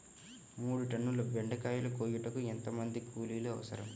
మూడు టన్నుల బెండకాయలు కోయుటకు ఎంత మంది కూలీలు అవసరం?